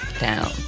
down